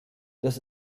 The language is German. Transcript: das